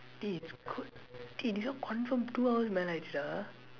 eh it's k~ eh this one confirm two hours மேல ஆயிடுச்சுடா:meela aayiduchsudaa